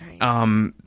Right